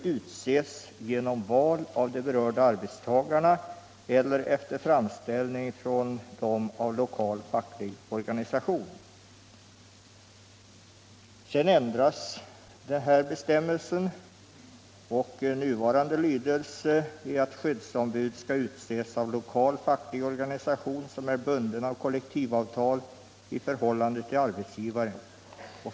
Sedan ändrades bestämmelsen, och nuvarande lydelse är aut skyddsombud skall utses av lokal facklig organisation som är bunden-av kol Iekuvavtal i förhållande ull arbetsgivaren.